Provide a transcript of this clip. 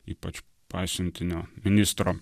ypač pasiuntinio ministro